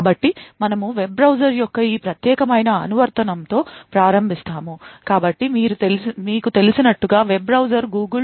కాబట్టి మనము web browser యొక్క ఈ ప్రత్యేకమైన అనువర్తనంతో ప్రారంభిస్తాము కాబట్టి మీకు తెలిసినట్లుగా వెబ్ బ్రౌజర్ గూగుల్